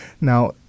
Now